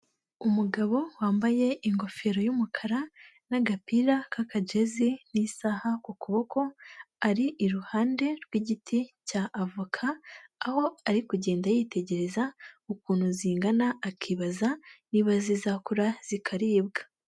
Umugabo wambaye ingofero y'umukara, n'agapira k'akajezi, n'isaha ku kuboko, ari iruhande rw'igiti cy'avoka, aho ari kugenda yitegereza ukuntu zingana, akibaza niba zizakura zikaribwa.